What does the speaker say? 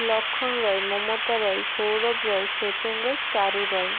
Lakshman Roy Mamata Roy Sourav Roy Sachin Roy Charu Roy